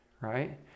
right